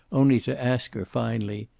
only to ask her finally,